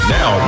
Now